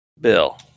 Bill